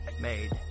made